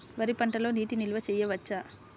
వరి పంటలో నీటి నిల్వ చేయవచ్చా?